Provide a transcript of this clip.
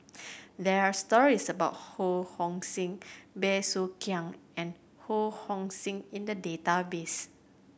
there are stories about Ho Hong Sing Bey Soo Khiang and Ho Hong Sing in the database